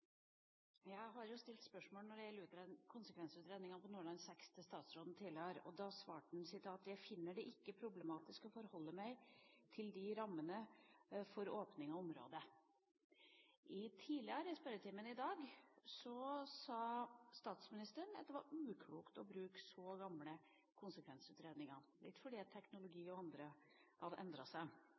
stilt spørsmål når det gjelder konsekvensutredningene på Nordland VI til statsråden tidligere, og da svarte han: «Jeg finner det ikke problematisk å forholde meg til de rammene for åpning av områder …». Tidligere i spørretimen i dag sa statsministeren at det var uklokt å bruke så gamle konsekvensutredninger, litt fordi at teknologi og annet hadde endret seg.